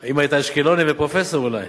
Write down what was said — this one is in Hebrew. אם היית אשקלוני ופרופסור, אולי.